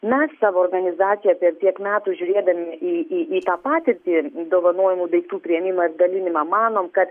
mes savo organizacija per tiek metų žiūrėdami į į į tą patirtį dovanojamų daiktų priėmimą ir dalinimą manom kad